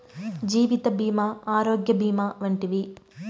జీవిత భీమా ఆరోగ్య భీమా వంటివి